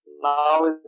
now